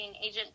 agent